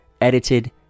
edited